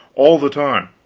all the time.